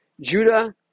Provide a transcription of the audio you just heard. Judah